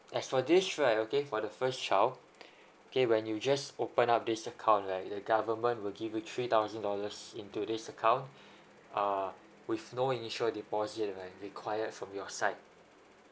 as for this right okay for the first child okay when you just open up this account like the government will give you three thousand dollars into this account uh with no initial deposit right required from your side